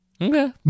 Okay